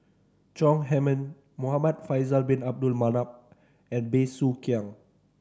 Chong Heman Muhamad Faisal Bin Abdul Manap and Bey Soo Khiang